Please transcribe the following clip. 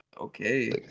okay